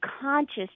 conscious